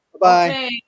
bye